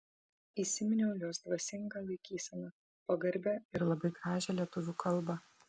įsiminiau jos dvasingą laikyseną pagarbią ir labai gražią lietuvių kalbą